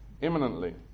imminently